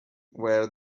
where